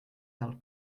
del